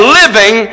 living